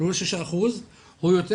הוא לא 6%. הוא יותר,